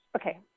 okay